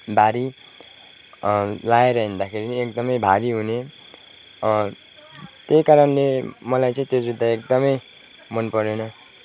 भारी लाएर हिँढ्दाखेरि पनि एकदमै भारी हुने त्यही कारणले मलाई चाहिँ त्यो जुत्ता एकदमै मन परेन